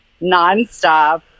nonstop